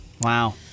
Wow